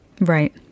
Right